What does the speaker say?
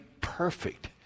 perfect